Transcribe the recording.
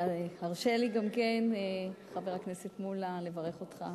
הרשה לי גם כן, חבר הכנסת מולה, לברך אותך.